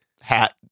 hat